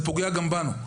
זה פוגע גם בנו.